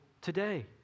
today